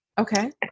Okay